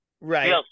Right